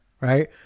Right